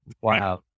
Wow